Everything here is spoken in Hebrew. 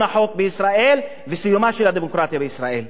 החוק בישראל ולסיומה של הדמוקרטיה בישראל.